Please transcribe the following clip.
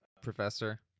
Professor